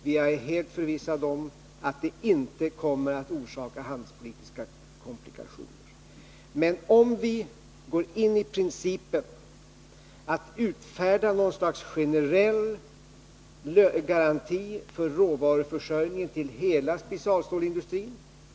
Jag är helt förvissad om att det inte kommer att orsaka handelspolitiska komplikationer. Men i detta sammanhang är det fråga om att utfärda något slags generell garanti för råvaruförsörjningen till hela specialstålsindustrin.